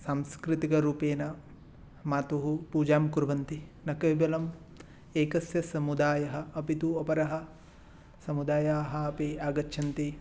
सांस्कृतिकरूपेण मातुः पूजां कुर्वन्ति न केवलम् एकस्य समुदायः अपि तु अपरे समुदायाः अपि आगच्छन्ति